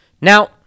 Now